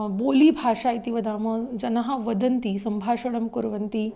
बोलीभाषा इति वदामः जनाः वदन्ति सम्भाषणं कुर्वन्ति